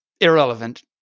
Irrelevant